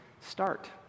start